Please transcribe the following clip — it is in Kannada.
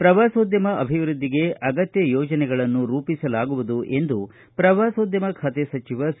ಪ್ರವಾಸೋದ್ಯಮ ಅಭಿವೃದ್ದಿಗೆ ಅಗತ್ಯ ಯೋಜನೆಗಳನ್ನು ರೂಪಿಸಲಾಗುವುದು ಎಂದು ಪ್ರವಾಸೋದ್ಯಮ ಖಾತೆ ಸಚಿವ ಸಿ